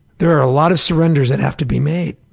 there are a lot of surrenders that have to be made,